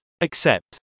accept